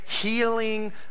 healing